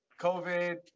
COVID